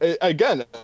again